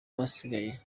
basigaye